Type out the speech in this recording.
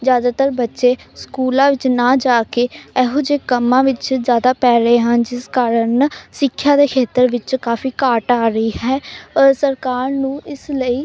ਜ਼ਿਆਦਾਤਰ ਬੱਚੇ ਸਕੂਲਾਂ ਵਿੱਚ ਨਾ ਜਾ ਕੇ ਇਹੋ ਜਿਹੇ ਕੰਮਾਂ ਵਿੱਚ ਜ਼ਿਆਦਾ ਪੈ ਰਹੇ ਹਨ ਜਿਸ ਕਾਰਨ ਸਿੱਖਿਆ ਦੇ ਖੇਤਰ ਵਿੱਚ ਕਾਫੀ ਘਾਟ ਆ ਰਹੀ ਹੈ ਸਰਕਾਰ ਨੂੰ ਇਸ ਲਈ